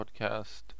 Podcast